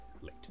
late